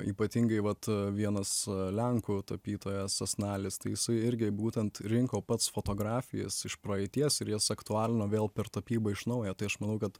ypatingai vat vienas lenkų tapytojas sasnalis tai jisai irgi būtent rinko pats fotografijas iš praeities ir jas aktualino vėl per tapybą iš naujo tai aš manau kad